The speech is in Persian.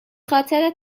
خاطر